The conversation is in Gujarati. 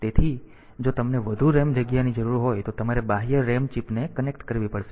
તેથી જો તમને વધુ RAM જગ્યાની જરૂર હોય તો તમારે બાહ્ય RAM ચિપને કનેક્ટ કરવી પડશે